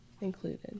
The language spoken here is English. Included